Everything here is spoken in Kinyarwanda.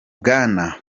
bwana